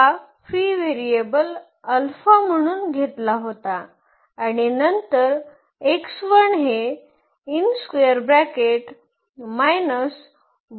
हा free variable alpha म्हणून घेतला होता आणि नंतर हे येत आहे